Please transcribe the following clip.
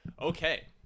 Okay